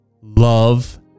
love